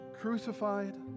crucified